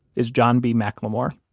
is john b. mclemore,